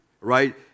right